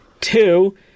Two